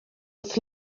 wrth